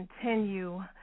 continue